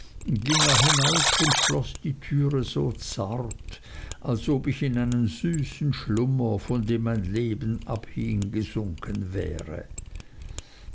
er hinaus und schloß die türe so zart als ob ich eben in einen süßen schlummer von dem mein leben abhing gesunken wäre